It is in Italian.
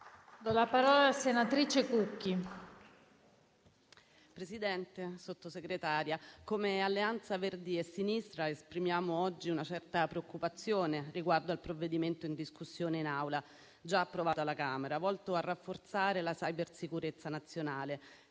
*(Misto-AVS)*. Signor Presidente, signor Sottosegretario, come Alleanza Verdi e Sinistra esprimiamo oggi una certa preoccupazione riguardo al provvedimento in discussione in Aula, già approvato alla Camera e volto a rafforzare la cybersicurezza nazionale.